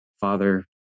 Father